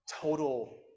total